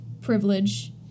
privilege